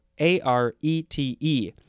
A-R-E-T-E